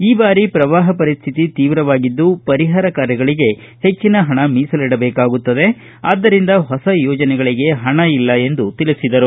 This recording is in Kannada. ಈ ಬಾರಿ ಪ್ರವಾಹ ಪರಿಸ್ಥಿತಿ ತೀವ್ರವಾಗಿದ್ದು ಪರಿಹಾರ ಕಾರ್ಯಗಳಿಗೆ ಹೆಚ್ಚಿನ ಪಣ ಮೀಸಲಿಡಬೇಕಾಗುತ್ತದೆ ಆದ್ದರಿಂದ ಹೊಸ ಯೋಜನೆಗಳಿಗೆ ಹಣ ಇಲ್ಲ ಎಂದು ತಿಳಿಸಿದರು